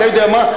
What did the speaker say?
אתה יודע מה?